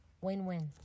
Win-win